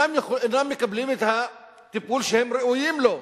אינם מקבלים את הטיפול שהם ראויים לו.